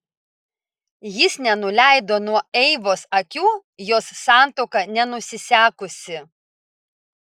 jis nenuleido nuo eivos akių jos santuoka nenusisekusi